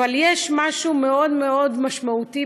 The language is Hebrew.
אבל יש משהו מאוד מאוד משמעותי,